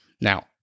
Now